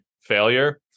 failure